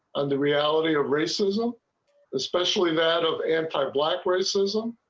and the reality of racism especially that of anti-black racism.